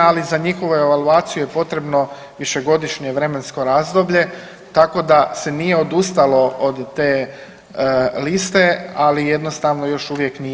ali za njihovu evaluaciju je potrebno višegodišnje vremensko razdoblje, tako da se nije odustalo od te liste, ali jednostavno još uvijek nije donesena.